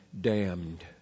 damned